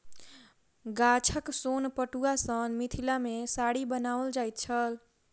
गाछक सोन पटुआ सॅ मिथिला मे साड़ी बनाओल जाइत छल